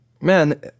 man